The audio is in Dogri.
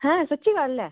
हैं सच्ची गल्ल ऐ